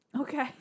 Okay